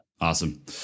Awesome